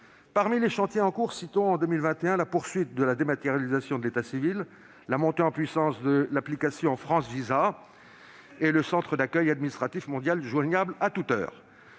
Parmi les chantiers toujours en cours en 2021, citons la poursuite de la dématérialisation de l'état civil, la montée en puissance de l'application France Visas et le centre d'accueil administratif mondial joignable à toute heure.